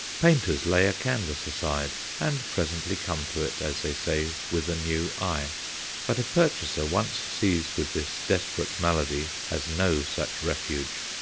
painters lay a canvas aside, and presently come to it, as they say, with a new eye but a purchaser once seized with this desperate malady has no such refuge.